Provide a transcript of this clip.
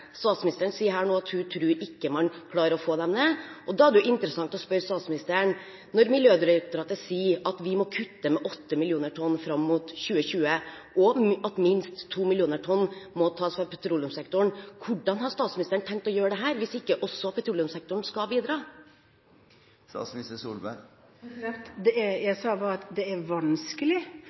Statsministeren sier her nå at hun tror ikke man klarer å få dem ned. Da er det interessant å spørre statsministeren: Når Miljødirektoratet sier at vi må kutte med 8 millioner tonn fram mot 2020, og at minst 2 millioner tonn må tas fra petroleumssektoren, hvordan har statsministeren tenkt å gjøre dette hvis ikke også petroleumssektoren skal bidra? Det jeg sa, var at det er vanskelig,